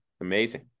Amazing